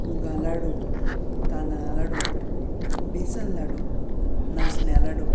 मुगां लाडू तांदळा लाडू बेसन लाडू नाचण्या लाडू